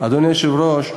אדוני היושב-ראש,